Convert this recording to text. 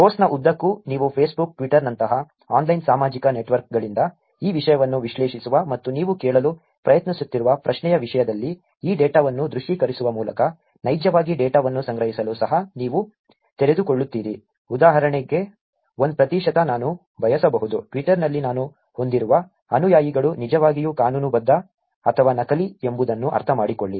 ಕೋರ್ಸ್ನ ಉದ್ದಕ್ಕೂ ನೀವು ಫೇಸ್ಬುಕ್ ಟ್ವಿಟರ್ನಂತಹ ಆನ್ಲೈನ್ ಸಾಮಾಜಿಕ ನೆಟ್ವರ್ಕ್ಗಳಿಂದ ಈ ವಿಷಯವನ್ನು ವಿಶ್ಲೇಷಿಸುವ ಮತ್ತು ನೀವು ಕೇಳಲು ಪ್ರಯತ್ನಿಸುತ್ತಿರುವ ಪ್ರಶ್ನೆಯ ವಿಷಯದಲ್ಲಿ ಈ ಡೇಟಾವನ್ನು ದೃಶ್ಯೀಕರಿಸುವ ಮೂಲಕ ನೈಜವಾಗಿ ಡೇಟಾವನ್ನು ಸಂಗ್ರಹಿಸಲು ಸಹ ನೀವು ತೆರೆದುಕೊಳ್ಳುತ್ತೀರಿ ಉದಾಹರಣೆಗೆ 1 ಪ್ರತಿಶತ ನಾನು ಬಯಸಬಹುದು Twitter ನಲ್ಲಿ ನಾನು ಹೊಂದಿರುವ ಅನುಯಾಯಿಗಳು ನಿಜವಾಗಿಯೂ ಕಾನೂನುಬದ್ಧ ಅಥವಾ ನಕಲಿ ಎಂಬುದನ್ನು ಅರ್ಥಮಾಡಿಕೊಳ್ಳಿ